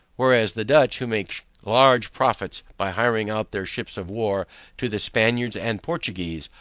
whereas the dutch, who make large profits by hiring out their ships of war to the spaniards and portuguese,